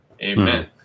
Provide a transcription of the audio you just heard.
Amen